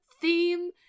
theme